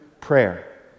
prayer